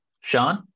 Sean